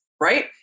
right